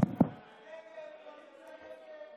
שדבר כזה לא צריך לפרט.